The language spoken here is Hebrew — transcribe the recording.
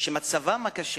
שמצבם הקשה